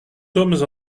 sommes